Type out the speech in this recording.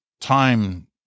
time